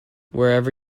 wherever